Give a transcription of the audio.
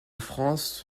france